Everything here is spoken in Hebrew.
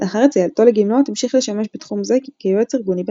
לאחר יציאתו לגמלאות המשיך לשמש בתחום זה כיועץ ארגוני בנתב"ג.